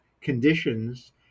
conditions